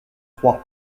trois